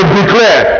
declare